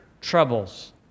troubles